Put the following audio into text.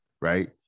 right